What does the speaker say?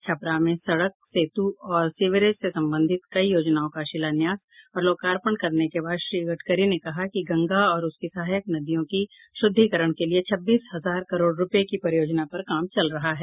छपरा में सड़क सेतु और सीवरेज से संबंधित कई योजनाओं का शिलान्यास और लोकार्पण करने के बाद श्री गडकरी ने कहा कि गंगा और उसकी सहायक नदियों की शुद्धीकरण के लिये छब्बीस हजार करोड़ रूपये की परियोजनाओं पर काम चल रहा है